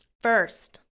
first